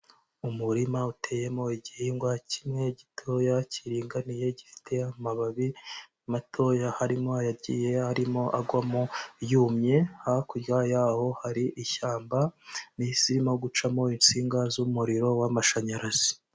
Umurima uteyemo igihingwa kimwe gitoya kiringaniye gifite amababi matoya harimo ayagiye arimo agwamo yumye hakurya y'ho hari ishyamba rihiserimo gucamo insinga z'umuriro w'amashanyarazi